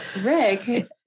Rick